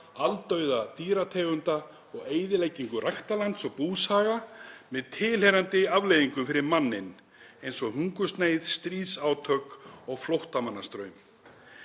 aldauða dýrategunda og eyðileggingu ræktarlands og búhaga með tilheyrandi afleiðingum fyrir manninn, eins og hungursneyð, stríðsátökum og flóttamannastraumi.